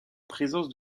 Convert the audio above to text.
présence